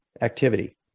activity